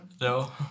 No